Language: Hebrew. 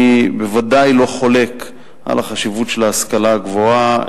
אני ודאי לא חולק על החשיבות של ההשכלה הגבוהה.